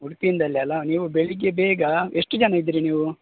ಉಡುಪಿಯಿಂದಲ್ಯಲ ನೀವು ಬೆಳಿಗ್ಗೆ ಬೇಗ ಎಷ್ಟು ಜನ ಇದ್ದೀರಿ ನೀವು